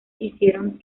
hicieron